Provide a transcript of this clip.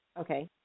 Okay